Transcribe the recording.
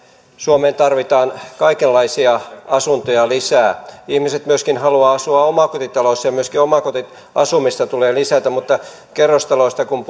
suomeen tarvitaan kaikenlaisia asuntoja lisää ihmiset myöskin haluavat asua omakotitaloissa ja myöskin omakotiasumista tulee lisätä mutta kerrostaloista kun